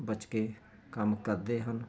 ਬਚ ਕੇ ਕੰਮ ਕਰਦੇ ਹਨ